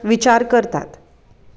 विचार करतात